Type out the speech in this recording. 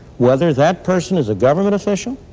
whether that person is a government official,